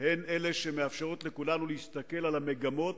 הן אלה שמאפשרות לכולנו להסתכל על המגמות,